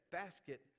basket